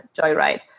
joyride